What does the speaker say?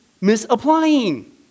misapplying